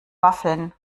waffeln